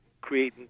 creating